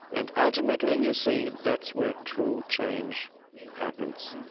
and ultimately, you see, that's where true change happens.